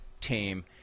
team